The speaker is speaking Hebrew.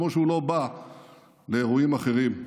כמו שהוא לא בא לאירועים אחרים,